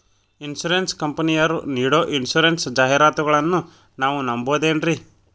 Insurance ಕಂಪನಿಯರು ನೀಡೋ insurance ಜಾಹಿರಾತುಗಳನ್ನು ನಾವು ನಂಬಹುದೇನ್ರಿ?